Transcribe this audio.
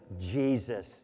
Jesus